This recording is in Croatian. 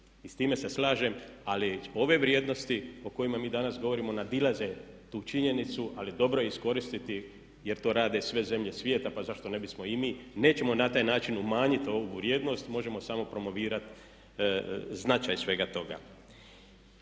I s time se slažem ali ove vrijednosti o kojima mi danas govorimo nadilaze tu činjenicu ali dobro je iskoristiti jer to rade sve zemlje svijeta pa zašto ne bismo i mi. Nećemo na taj način umanjiti ovu vrijednost, možemo samo promovirati značaj svega toga.